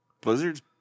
Blizzard's